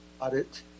audit